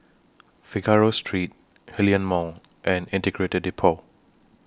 Figaro Street Hillion Mall and Integrated Depot